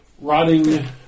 rotting